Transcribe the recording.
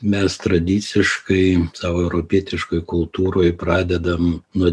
mes tradiciškai savo europietiškoj kultūroj pradedam nuo